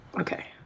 Okay